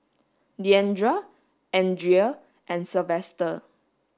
Deandra Andria and Sylvester